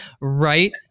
right